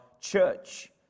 church